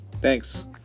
Thanks